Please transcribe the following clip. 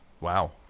Wow